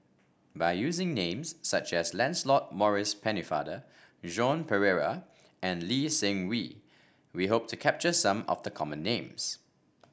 by using names such as Lancelot Maurice Pennefather Joan Pereira and Lee Seng Wee we hope to capture some of the common names